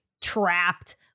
trapped